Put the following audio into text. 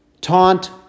taunt